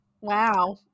Wow